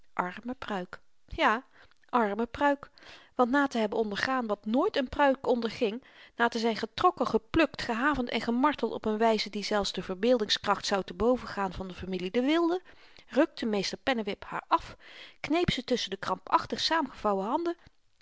arme pruik ja arme pruik want na te hebben ondergaan wat nooit n pruik onderging na te zyn getrokken geplukt gehavend en gemarteld op n wyze die zelfs de verbeeldingskracht zou te boven gaan van de familie de wilde rukte meester pennewip haar af kneep ze tusschen de krampachtig saamgevouwen handen